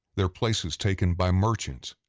their places taken by merchants,